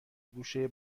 گوشه